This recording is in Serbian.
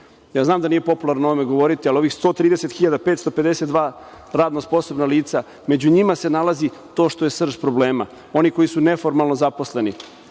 Ja znam da nije popularno o ovome govoriti, ali ovih 130.552 radno sposobna lica, među njima se nalazi to što je srž problema, oni koji su neformalno zaposleni,